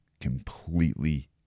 completely